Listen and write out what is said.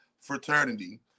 fraternity